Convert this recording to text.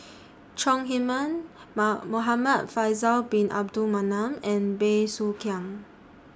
Chong Heman Muhamad Faisal Bin Abdul Manap and Bey Soo Khiang